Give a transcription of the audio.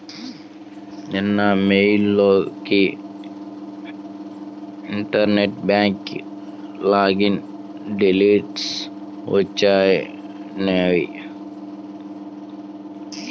నిన్న మెయిల్ కి internet bank login details వచ్చినియ్యి